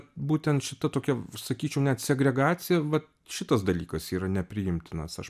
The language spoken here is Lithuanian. būtent šita tokia sakyčiau net segregacija va šitas dalykas yra nepriimtinas aš